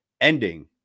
ending